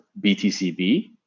BTCB